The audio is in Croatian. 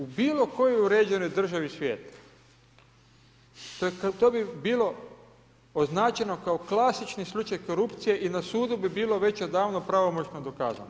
U bilo kojoj uređenoj državi svijeta to bi bilo označeno kao klasični slučaj korupcije i na sudu bi bilo već odavno pravomoćno dokazano.